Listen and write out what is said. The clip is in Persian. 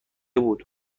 بود